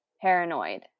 paranoid